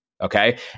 okay